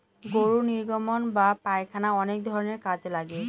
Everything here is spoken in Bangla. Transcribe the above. গরুর নির্গমন বা পায়খানা অনেক ধরনের কাজে লাগে